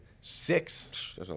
six